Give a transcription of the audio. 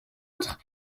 entre